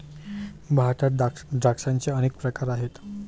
भारतात द्राक्षांचे अनेक प्रकार आहेत